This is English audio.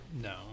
No